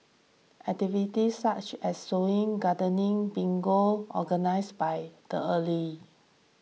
activities such as sewing gardening bingo organised by the early